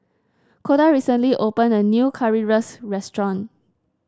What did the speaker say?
Koda recently opened a new Currywurst restaurant